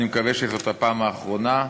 אני מקווה שזאת הפעם האחרונה.